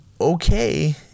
okay